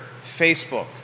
Facebook